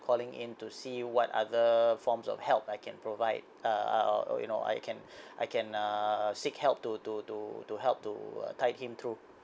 calling in to see what other forms of help I can provide uh uh or or you know I can I can uh seek help to to to to help to tide him through